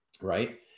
right